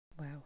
Wow